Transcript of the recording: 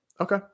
Okay